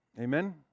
Amen